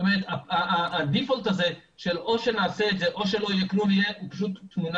זאת אומרת הדיפולט הזה שאו שנעשה את זה או שלא יהיה כלום הוא פשוט תמונה